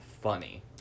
funny